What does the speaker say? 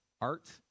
Art